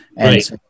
Right